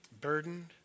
burdened